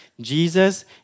Jesus